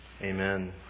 Amen